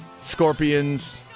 Scorpions